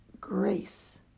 grace